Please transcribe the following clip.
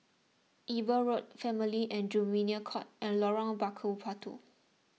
Eber Road Family and Juvenile Court and Lorong Bakar Batu